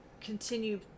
continue